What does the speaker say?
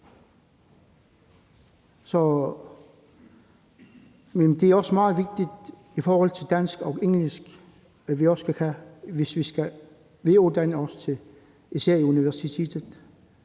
Men det er også meget vigtigt i forhold til dansk og engelsk, som vi også skal kunne, hvis vi skal videreuddanne